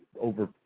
over